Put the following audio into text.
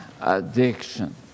addiction